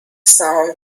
سهام